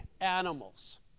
animals